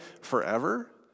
forever